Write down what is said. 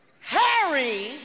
Harry